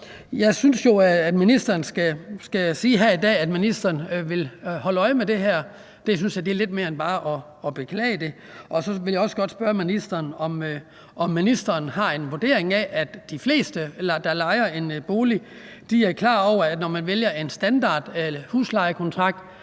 jeg synes jo, at ministeren skal sige her i dag, at ministeren vil holde øje med det her. Det synes jeg er lidt mere end bare at beklage det. Så vil jeg også godt spørge ministeren, om ministeren har en vurdering af, at de fleste, der lejer en bolig, er klar over, at når man vælger en standardhuslejekontrakt,